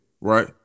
right